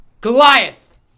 Goliath